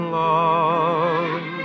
love